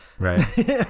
Right